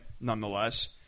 nonetheless